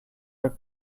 our